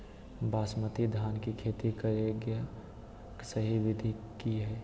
बासमती धान के खेती करेगा सही विधि की हय?